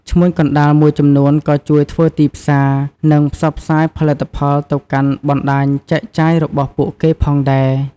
ឈ្មួញកណ្តាលមួយចំនួនក៏ជួយធ្វើទីផ្សារ និងផ្សព្វផ្សាយផលិតផលទៅកាន់បណ្តាញចែកចាយរបស់ពួកគេផងដែរ។